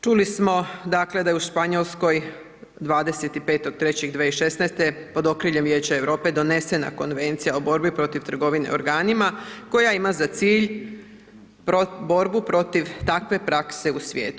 Čuli smo dakle da je u Španjolskoj 25.3.2016. pod okriljem Vijeća Europe donesena Konvencija o borbi protiv trgovine organima koja ima za cilj borbu protiv takve prakse u svijetu.